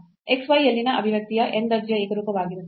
xy ಯಲ್ಲಿನ ಅಭಿವ್ಯಕ್ತಿಯು n ದರ್ಜೆಯ ಏಕರೂಪವಾಗಿರುತ್ತದೆ